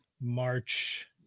March